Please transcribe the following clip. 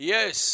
Yes